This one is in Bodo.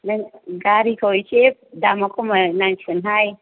नों गारिखौ एसे दामा खमायनांसिगोनहाय